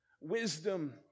wisdom